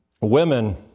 Women